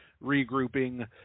regrouping